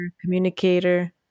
communicator